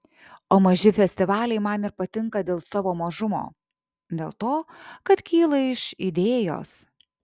o maži festivaliai man ir patinka dėl savo mažumo dėl to kad kyla iš idėjos